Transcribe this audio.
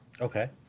Okay